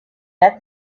met